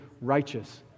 righteous